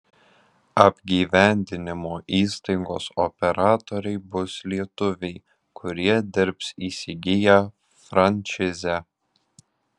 apgyvendinimo įstaigos operatoriai bus lietuviai kurie dirbs įsigiję frančizę